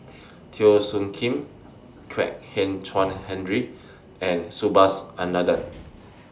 Teo Soon Kim Kwek Hian Chuan Henry and Subhas Anandan